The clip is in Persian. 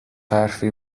حرفی